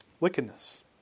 wickedness